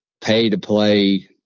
pay-to-play